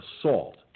assault